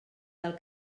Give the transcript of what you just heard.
del